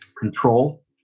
control